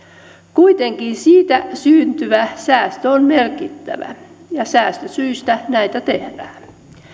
kuitenkin siitä syntyvä säästö on merkittävä ja säästösyistä näitä tehdään